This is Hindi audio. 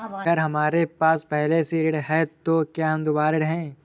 अगर हमारे पास पहले से ऋण है तो क्या हम दोबारा ऋण हैं?